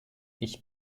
ich